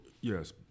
yes